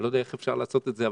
אני לא יודע איך אפשר לעשות את זה,